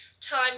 time